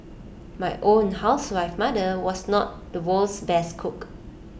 my own housewife mother was not the world's best cook